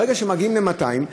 ברגע שמגיעים ל-200,